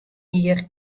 jier